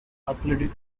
athletic